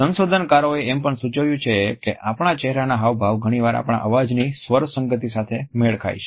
સંશોધનકારોએ એમ પણ સૂચવ્યું છે કે આપણા ચહેરાના હાવભાવ ઘણીવાર આપણા અવાજની સ્વરસંગતી સાથે મેળ ખાય છે